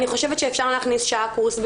אני חושבת שאפשר להכניס שעה קורס בשבוע.